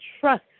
trust